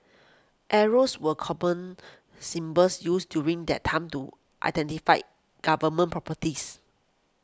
arrows were common symbols used during that time to identify Government properties